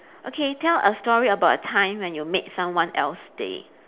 okay tell a story about a time when you made someone else day